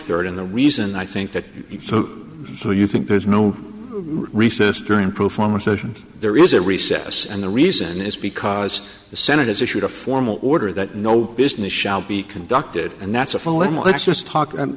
third and the reason i think that so you think there's no recess during pro forma session there is a recess and the reason is because the senate has issued a formal order that no business shall be conducted and that's a following let's just talk and